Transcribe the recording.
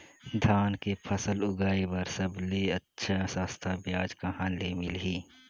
धान के फसल उगाई बार सबले अच्छा सस्ता ब्याज कहा ले मिलही?